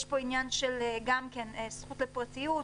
יש פה עניין של זכות לפרטיות,